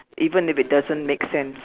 even if it doesn't make sense